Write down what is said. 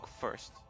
first